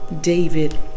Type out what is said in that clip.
David